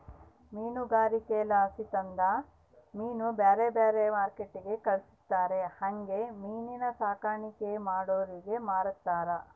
ಮೀನುಗಾರಿಕೆಲಾಸಿ ತಂದ ಮೀನ್ನ ಬ್ಯಾರೆ ಬ್ಯಾರೆ ಮಾರ್ಕೆಟ್ಟಿಗೆ ಕಳಿಸ್ತಾರ ಹಂಗೆ ಮೀನಿನ್ ಸಾಕಾಣಿಕೇನ ಮಾಡೋರಿಗೆ ಮಾರ್ತಾರ